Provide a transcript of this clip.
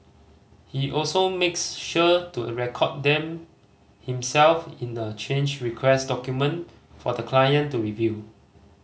he also makes sure to record them himself in a change request document for the client to review